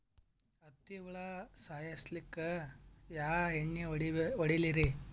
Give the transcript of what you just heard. ಹತ್ತಿ ಹುಳ ಸಾಯ್ಸಲ್ಲಿಕ್ಕಿ ಯಾ ಎಣ್ಣಿ ಹೊಡಿಲಿರಿ?